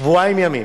שבועיים ימים.